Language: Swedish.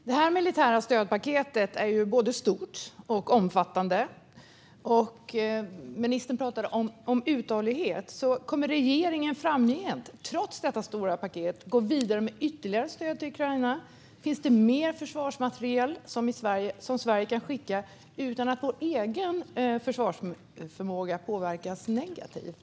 Herr talman! Det militära stödpaketet är både stort och omfattande. Ministern pratar om uthållighet. Kommer regeringen framgent att trots det stora paketet gå vidare med ytterligare stöd till Ukraina, och finns det mer försvarsmateriel som Sverige kan skicka utan att vår egen försvarsförmåga påverkas negativt?